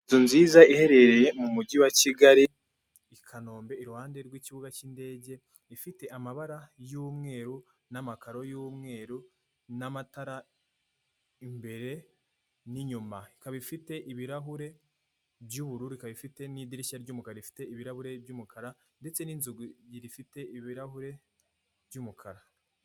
Inzu nziza iherereye mu mujyi wa kigali i kanombe iruhande rw'ikibuga cy'indege, ifite amabara y'umweru n'amakaro y'umweru n'amatara imbere n'inyuma, ikaba ifite ibirahure by'ubururu ikaba ifite n'idirishya ry'umukari rifite ibirahure by'umukara ndetse n'inzugi zifite ibirahure by'umukara.